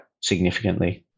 significantly